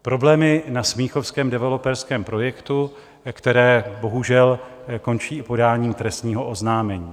Problémy na smíchovském developerském projektu, které bohužel končí podáním trestního oznámení.